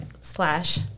slash